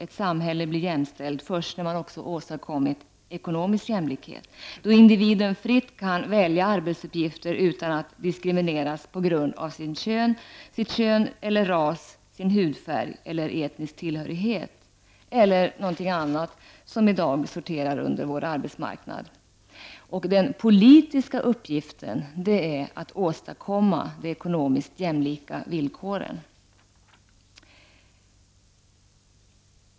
Ett samhälle blir jämställt först när man också åstadkommit ekonomisk jämlikhet, när individen fritt kan välja arbetsuppgifter utan att diskrimineras på grund av kön, ras, hudfärg, etnisk tillhörighet eller något annat som i dag sorterar under vår arbetsmarknad. Den politiska uppgiften är att åstadkomma de ekonomiskt jämlika villkoren.